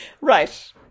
Right